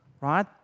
right